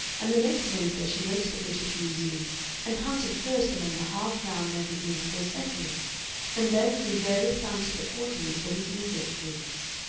and the next wednesday she went to the british museum and hunted first among the half-crown magazines for his essays and then through various scientific quarterlies for his research papers.